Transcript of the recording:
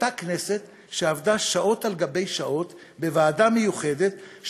אותה כנסת שעבדה שעות על גבי שעות בוועדה מיוחדת,